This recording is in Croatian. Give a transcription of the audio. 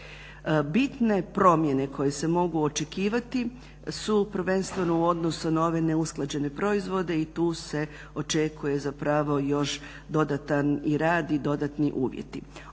Bitne promjene koje se mogu očekivati su prvenstveno u odnosu na ove neusklađene proizvode i tu se očekuje još dodatan rad i dodatni uvjeti.